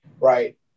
right